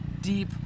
deep